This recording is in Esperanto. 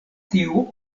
tiu